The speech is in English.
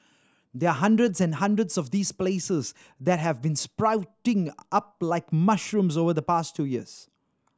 there are hundreds and hundreds of these places that have been sprouting up like mushrooms over the past two years